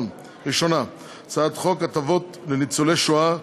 הראשונה, הצעת חוק הטבות לניצולי שואה (תיקון,